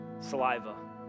saliva